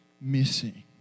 missing